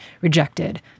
rejected